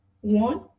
One